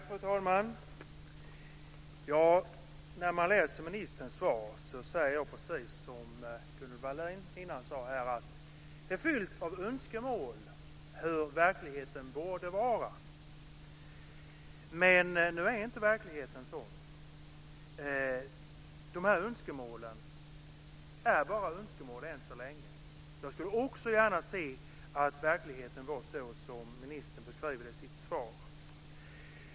Fru talman! Efter att ha läst ministerns svar säger jag, precis som Gunnel Wallin sade här innan, att det är fullt av önskemål om hur verkligheten borde vara. Men nu är inte verkligheten sådan. Dessa önskemål är bara önskemål än så länge. Jag skulle också gärna se att verkligheten vore så som ministern beskriver den i sitt svar.